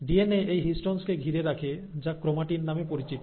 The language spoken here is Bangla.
ডিএনএ এই হিস্টোন কে ঘিরে রাখে যা ক্রোমাটিন নামে পরিচিত